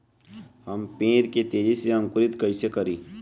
हम पेड़ के तेजी से अंकुरित कईसे करि?